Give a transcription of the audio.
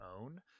own